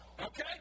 okay